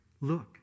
Look